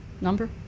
Number